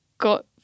got